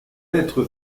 être